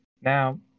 now